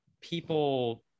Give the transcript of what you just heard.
people